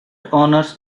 owners